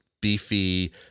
beefy